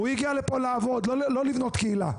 הוא הגיע לפה לעבוד ולא לבנות קהילה.